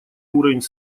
уровень